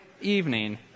evening